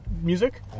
music